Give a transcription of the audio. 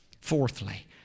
Fourthly